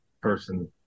person